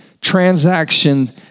transaction